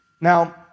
Now